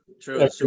True